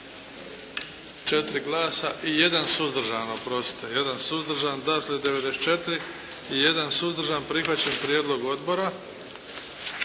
s 94 glasa i jedan suzdržan oprostite, jedan suzdržan dakle 94 i jedan suzdržan prihvaćen prijedlog odbora.